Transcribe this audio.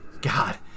god